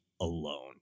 alone